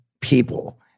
people